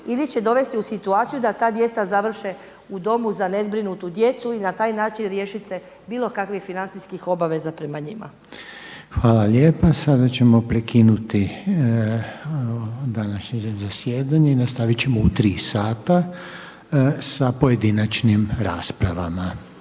ili će dovesti u situaciju da ta djeca završe u domu za nezbrinutu djecu i na taj način riješit se bilo kakvih financijskih obaveza prema njima. **Reiner, Željko (HDZ)** Hvala lijepa. Sada ćemo prekinuti današnje zasjedanje i nastavit ćemo u 15 sata sa pojedinačnim raspravama.